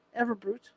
Everbrute